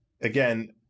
again